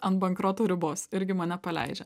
ant bankroto ribos irgi mane paleidžia